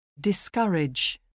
Discourage